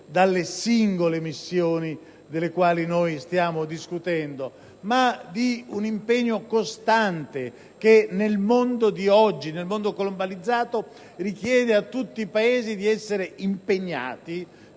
dalle singole missioni delle quali stiamo discutendo; è un impegno costante che nel mondo di oggi, nel mondo globalizzato, si richiede a tutti i Paesi per contribuire a